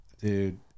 dude